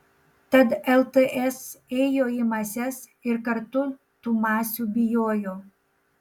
tad lts ėjo į mases ir kartu tų masių bijojo